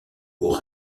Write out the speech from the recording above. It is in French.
cour